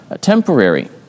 temporary